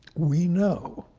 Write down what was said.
we know